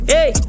Hey